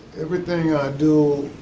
everything i do,